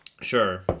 Sure